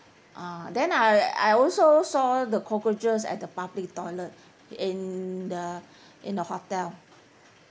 uh then I I also saw the cockroaches at the public toilet in the in the hotel